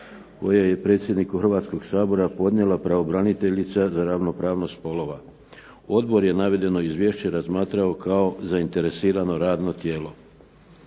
koje je predsjedniku Hrvatskog sabora podnijela Pravobraniteljica za ravnopravnost spolova. Odbor je navedeno izvješće razmatrao kao zainteresirano radno tijelo.